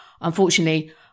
Unfortunately